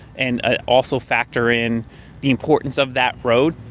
and ah also factor in the importance of that road,